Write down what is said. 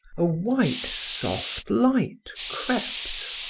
a white soft light crept.